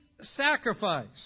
sacrifice